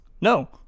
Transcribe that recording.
No